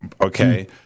okay